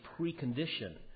precondition